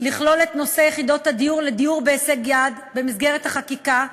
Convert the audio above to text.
לכלול את נושא יחידות הדיור לדיור בהישג-יד במסגרת החקיקה,